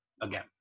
again